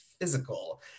physical